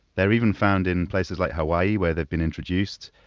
they're even found in places like hawaii, where they've been introduced.